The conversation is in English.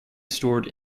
stored